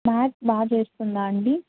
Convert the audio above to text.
maths బాగా చేస్తుందా అండి